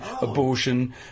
abortion